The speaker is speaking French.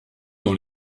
dans